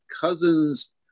cousin's